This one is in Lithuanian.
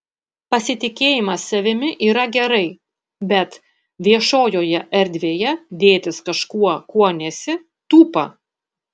pasitikėjimas savimi yra gerai bet viešojoje erdvėje dėtis kažkuo kuo nesi tūpa